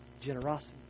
generosity